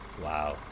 Wow